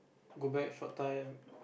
go back for time